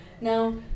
Now